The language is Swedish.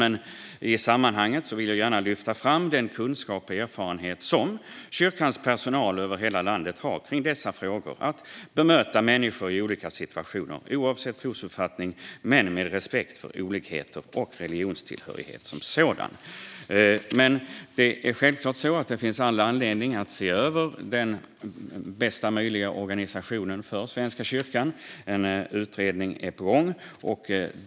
Men i sammanhanget vill jag gärna lyfta fram den kunskap och erfarenhet som kyrkans personal över hela landet har när det gäller att bemöta människor i olika situationer, oavsett trosuppfattning, och med respekt för olikheter och religionstillhörighet som sådan. Det finns självklart all anledning att se över den bästa möjliga organisationen för Svenska kyrkan. En utredning är på gång.